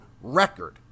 record